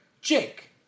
Jake